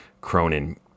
Cronin